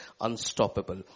unstoppable